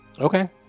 Okay